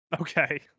Okay